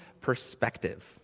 perspective